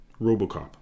RoboCop